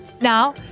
Now